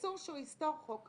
אסור שהוא יסתור חוק קיים.